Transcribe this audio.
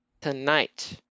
tonight